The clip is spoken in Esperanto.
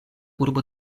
urbo